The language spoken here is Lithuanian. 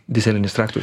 dyzelinis traktorius